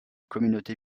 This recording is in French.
communautés